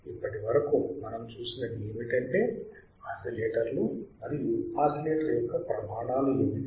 ఇప్పటి వరకు మనం చూసినది ఏమిటంటే ఆసిలేటర్లు మరియు ఆసిలేటర్ యొక్క ప్రమాణాలు ఏమిటి